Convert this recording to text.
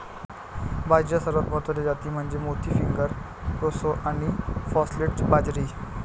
बाजरीच्या सर्वात महत्वाच्या जाती म्हणजे मोती, फिंगर, प्रोसो आणि फॉक्सटेल बाजरी